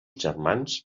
germans